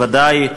בוודאי,